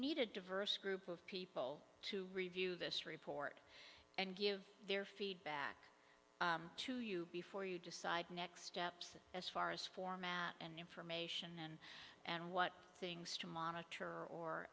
need a diverse group of people to review this report and give their feedback to you before you decide next steps as far as format and information and what things to monitor